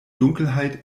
dunkelheit